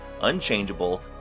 unchangeable